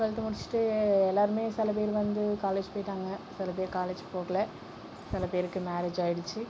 twelfth முடிச்சிட்டு எல்லாருமே சிலபேர் வந்து காலேஜ் போயிட்டாங்க சில பேர் காலேஜ் போகல சில பேருக்கு மேரேஜி ஆகிடுச்சி